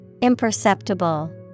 Imperceptible